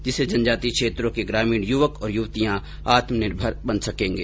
जिससे जनजाति क्षेत्रों के ग्रामीण युवक और युवतियां आत्म निर्भर बन सकेगें